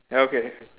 ya okay